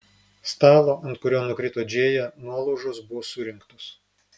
stalo ant kurio nukrito džėja nuolaužos buvo surinktos